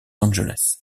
angeles